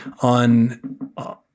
on